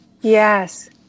Yes